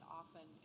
often